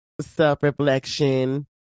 self-reflection